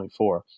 24